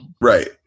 Right